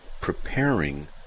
preparing